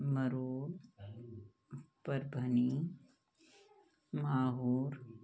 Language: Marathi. मरुड परभणी माहूर